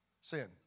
sin